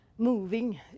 moving